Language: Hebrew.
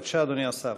בבקשה, אדוני השר.